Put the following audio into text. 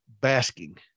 basking